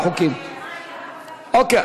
אוקיי,